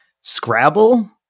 Scrabble